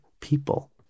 people